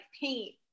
paint